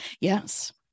Yes